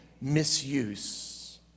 misuse